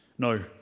No